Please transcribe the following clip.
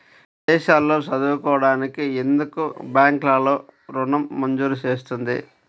విదేశాల్లో చదువుకోవడానికి ఎందుకు బ్యాంక్లలో ఋణం మంజూరు చేస్తుంది?